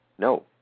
No